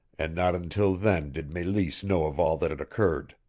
and not until then did meleese know of all that had occurred.